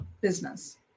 business